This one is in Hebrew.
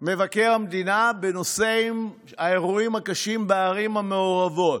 מבקר המדינה בנושא האירועים הקשים בערים המעורבות.